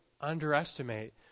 underestimate